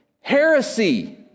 heresy